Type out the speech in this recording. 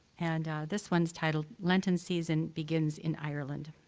and this one's titled lenten season begins in ireland.